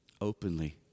openly